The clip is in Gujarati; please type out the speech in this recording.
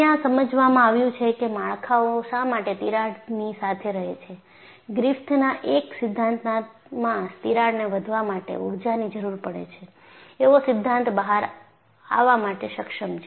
અહિયાં સમજાવામાં આવ્યું છે કે માળખાઓ શા માટે તિરાડની સાથે રહે છે ગ્રિફિથના એક સિદ્ધાંતમાં તિરાડને વધવા માટે ઊર્જાની જરૂર પડે છે એવો સિદ્ધાંત બહાર આવા માટે સક્ષમ છે